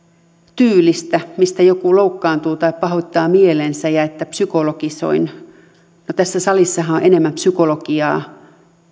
tyylistä mistä joku loukkaantuu tai pahoittaa mielensä ja siitä että psykologisoin no tässä salissahan on enemmän psykologiaa